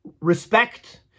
respect